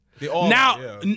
Now